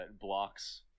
blocks